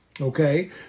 Okay